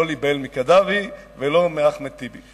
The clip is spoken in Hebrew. ולא להיבהל מקדאפי ולא מאחמד טיבי.